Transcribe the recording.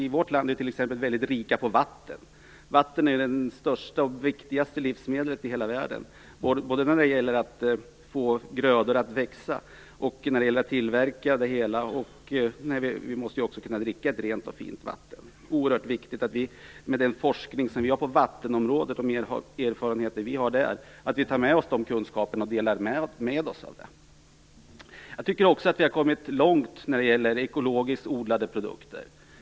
I vårt land är vi t.ex. väldigt rika på vatten. Vatten är det största och viktigaste livsmedlet i hela världen, både för att få grödor att växa och för att tillverka produkter. Vi måste också kunna dricka rent och fint vatten. Det är oerhört viktigt att vi med den forskning som vi har på vattenområdet och de erfarenheter vi har där tar med oss våra kunskaper och delar med oss av dem. Vi har också kommit långt med ekologiskt odlade produkter.